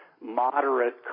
Moderate